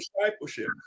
discipleship